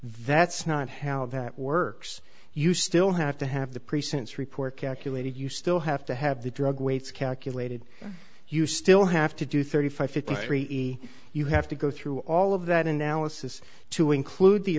that's not how that works you still have to have the pre sentence report calculated you still have to have the drug weights calculated you still have to do thirty five fifty three you have to go through all of that analysis to include the